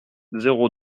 zéro